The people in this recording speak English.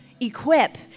equip